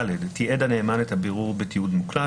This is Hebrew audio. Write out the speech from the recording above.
(ד) תיעד הנאמן את הבירור בתיעוד מוקלט,